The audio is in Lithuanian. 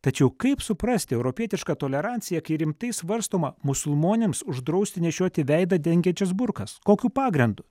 tačiau kaip suprasti europietišką toleranciją kai rimtai svarstoma musulmonėms uždrausti nešioti veidą dengiančius burkas kokiu pagrindu